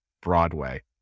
Broadway